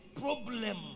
Problem